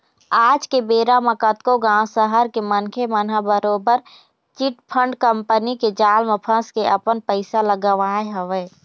आज के बेरा म कतको गाँव, सहर के मनखे मन ह बरोबर चिटफंड कंपनी के जाल म फंस के अपन पइसा ल गवाए हवय